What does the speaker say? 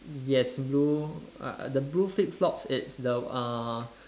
yes blue uh the blue flip flops it's the uh